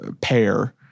pair